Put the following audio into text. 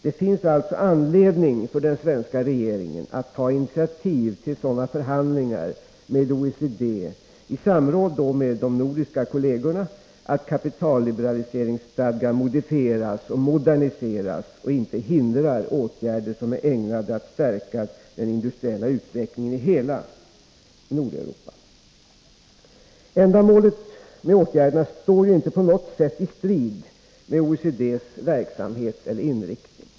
Det finns alltså anledning för den svenska regeringen att ta initiativ till sådana förhandlingar med OECD i samråd med de nordiska kollegerna att kapitalliberaliseringsstadgan modifieras och moderniseras och inte hindrar åtgärder som är ägnade att stärka den industriella utvecklingen i hela Nordeuropa. Ändamålet med åtgärderna står ju inte på något sätt i strid med OECD:s verksamhet eller inriktning.